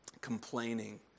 complaining